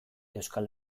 euskal